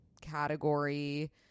category